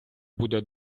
буде